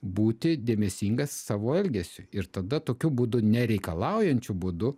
būti dėmesingas savo elgesiu ir tada tokiu būdu nereikalaujančiu būdu